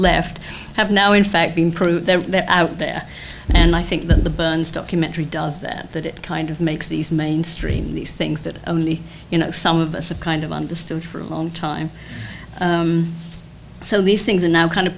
left have now in fact been proved out there and i think that the burns documentary does that that kind of makes these mainstream these things that only you know some of us are kind of understood for a long time so these things are now kind of